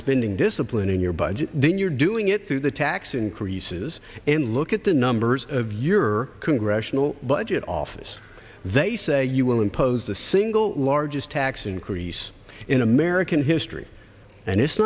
spending discipline in your budget then you're doing it through the tax increases and look at the numbers of your congressional budget office they say you will impose the single largest tax increase in american history and it's